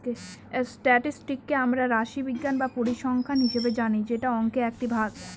স্ট্যাটিসটিককে আমরা রাশিবিজ্ঞান বা পরিসংখ্যান হিসাবে জানি যেটা অংকের একটি ভাগ